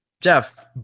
Jeff